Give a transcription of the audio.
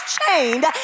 chained